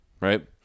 right